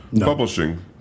publishing